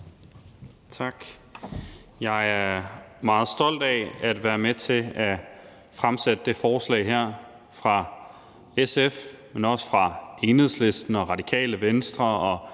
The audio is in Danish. Tak. Jeg er meget stolt af at være med til at fremsætte det her forslag fra SF, Enhedslisten, Radikale Venstre,